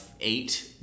eight